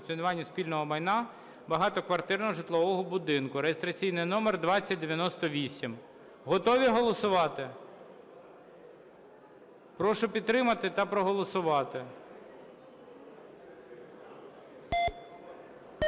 функціонування спільного майна багатоквартирного житлового будинку (реєстраційний номер 2098). готові голосувати? Прошу підтримати та проголосувати.